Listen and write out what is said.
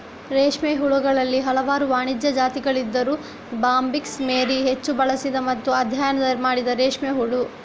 ರೇಷ್ಮೆ ಹುಳುಗಳಲ್ಲಿ ಹಲವಾರು ವಾಣಿಜ್ಯ ಜಾತಿಗಳಿದ್ದರೂ ಬಾಂಬಿಕ್ಸ್ ಮೋರಿ ಹೆಚ್ಚು ಬಳಸಿದ ಮತ್ತೆ ಅಧ್ಯಯನ ಮಾಡಿದ ರೇಷ್ಮೆ ಹುಳು